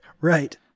Right